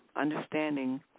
understanding